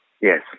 Yes